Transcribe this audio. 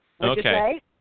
Okay